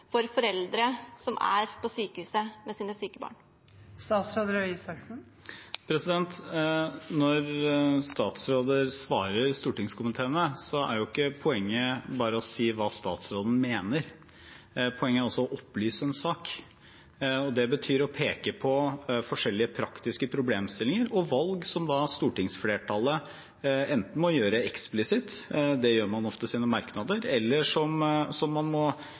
for foreldre som er på sykehuset med sine syke barn? Når statsråder svarer stortingskomiteene, er ikke poenget bare å si hva statsråden mener, poenget er også å opplyse en sak. Det betyr å peke på forskjellige praktiske problemstillinger og valg som stortingsflertallet enten må gjøre eksplisitt – det gjør man oftest gjennom merknader – eller som man må